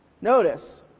Notice